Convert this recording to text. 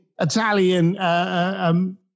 Italian